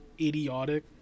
idiotic